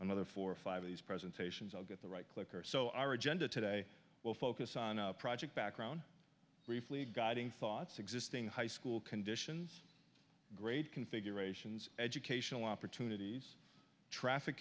another four or five of these presentations i'll get the right clicker so our agenda today will focus on a project background briefly guiding thoughts existing high school conditions grade configurations educational opportunities traffic